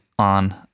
On